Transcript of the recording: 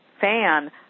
fan